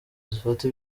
zifata